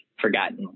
forgotten